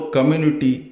Community